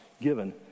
given